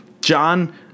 John